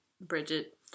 Bridget